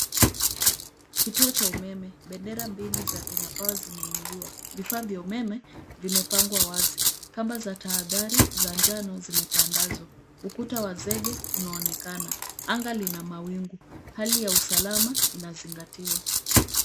Kituo cha umeme. Bendera mbili za Kenya Power zimeinuliwa. Vifaa vya umeme vimepangwa wazi. Kamba za tahadhari za njano zimetandazwa. Ukuta wa zege unaonekana. Anga lina mawingu. Hali ya usalama inazingatiwa.